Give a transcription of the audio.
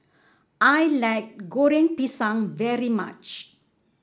I like Goreng Pisang very much